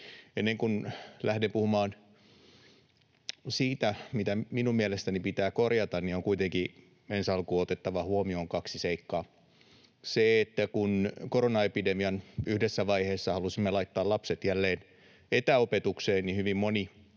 Ennen kuin lähden puhumaan siitä, mitä minun mielestäni pitää korjata, on kuitenkin ensi alkuun otettava huomioon kaksi seikkaa: Kun koronaepidemian yhdessä vaiheessa halusimme laittaa lapset jälleen etäopetukseen, hyvin moni